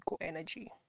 energy